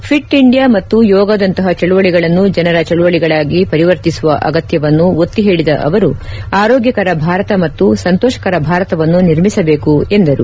fit India ಮತ್ತು ಯೋಗದಂತಹ ಚಳುವಳಿಗಳನ್ನು ಜನರ ಚಳುವಳಿಗಳಾಗಿ ಪರಿವರ್ತಿಸುವ ಅಗತ್ಯವನ್ನು ಒತ್ತಿ ಹೇಳಿದ ಅವರು ಆರೋಗ್ಯಕರ ಭಾರತ ಮತ್ತು ಸಂತೋಷಕರ ಭಾರತವನ್ನು ನಿರ್ಮಿಸಬೇಕು ಎಂದರು